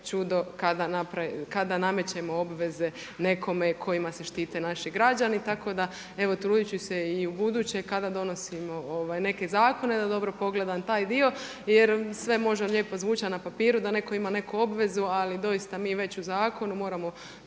čudo kada namećemo obveze nekome kojima se štite naši građani, tako da evo trudit ću se i u buduće kada donosimo neke zakone da dobro pogledam taj dio. Jer sve može lijepo zvučat na papiru da netko ima neku obvezu, ali doista mi već u zakonu moramo